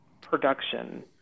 production